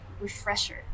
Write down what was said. refresher